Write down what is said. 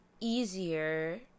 easier